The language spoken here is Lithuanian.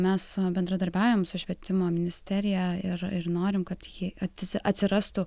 mes bendradarbiaujam su švietimo ministerija ir ir norim kad jie atsi atsirastų